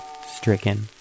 stricken